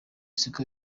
siko